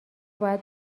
باید